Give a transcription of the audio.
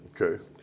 Okay